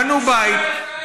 בנו בית.